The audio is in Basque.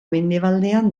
mendebaldean